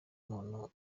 umuntu